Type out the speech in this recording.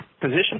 position